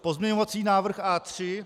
Pozměňovací návrh A3.